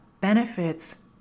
benefits